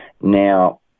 Now